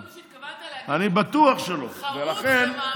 יכול להיות שהתכוונת להגיד שהוא חרוץ ומעמיק,